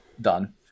done